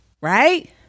right